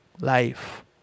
life